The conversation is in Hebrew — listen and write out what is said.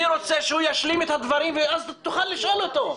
אני רוצה שהוא ישלים את הדברים ואז תוכל לשאול אותו.